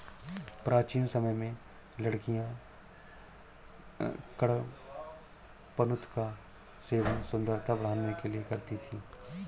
प्राचीन समय में लड़कियां कडपनुत का सेवन सुंदरता बढ़ाने के लिए करती थी